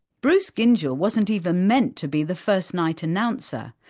bruce gyngell wasn't even meant to be the first-night announcer.